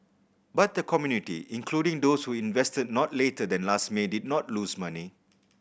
but the community including those who invested not later than last May did not lose money